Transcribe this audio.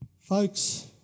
Folks